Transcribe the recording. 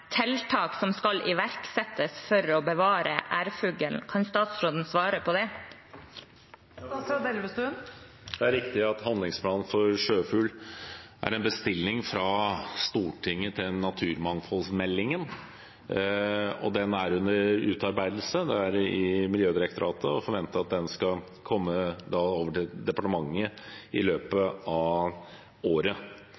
tiltak som skal iverksettes for å bevare ærfuglen. Kan statsråden svare på det? Det er riktig at handlingsplanen for sjøfugl er en bestilling fra Stortinget til naturmangfoldsmeldingen, og den er under utarbeidelse i Miljødirektoratet, og det er forventet at den skal komme til departementet i løpet